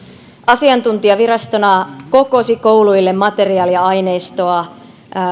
asiantuntijavirastona kokosi kouluille materiaalia ja aineistoa kahdesta näkökulmasta